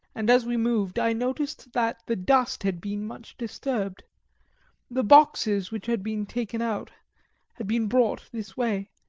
and as we moved i noticed that the dust had been much disturbed the boxes which had been taken out had been brought this way.